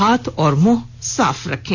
हाथ और मुंह साफ रखें